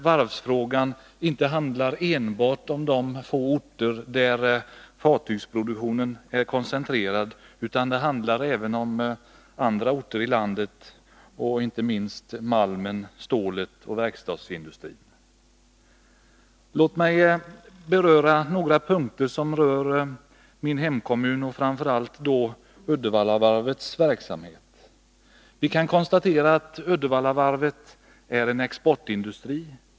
Varvsfrågan handlar inte enbart om de få orter dit fartygsproduktionen är koncentrerad utan också om andra orter i landet, inte minst orter med malmbrytning och med ståloch verkstadsindustri. Låt mig ta upp några punkter som berör min hemkommun och framför allt Uddevallavarvets verksamhet. Vi kan konstatera att Uddevallavarvet är en exportindustri.